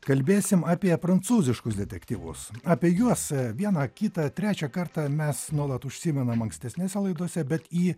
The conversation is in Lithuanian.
kalbėsim apie prancūziškus detektyvus apie juos vieną kitą trečią kartą mes nuolat užsimenam ankstesnėse laidose bet į